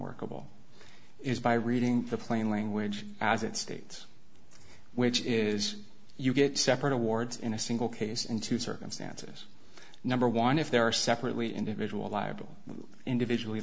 workable is by reading the plain language as it states which is you get separate awards in a single case and two circumstances number one if there are separately individual liable individually